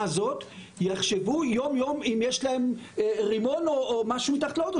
הזאת יחשבו יום יום אם יש להם רימון או משהו מתחת לאוטו,